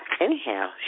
Anyhow